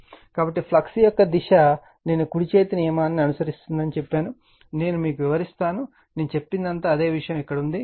కాబట్టి ఫ్లక్స్ యొక్క దిశ నేను కుడి చేతి నియమాన్ని అనుసరిస్తుందని చెప్పాను నేను మీకు వివరిస్తాను నేను చెప్పినదంతా అదే విషయం ఇక్కడ ఉంది